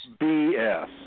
BS